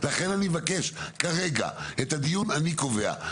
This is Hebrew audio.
לכן אני מבקש כרגע את הדיון אני קובע,